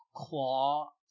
claw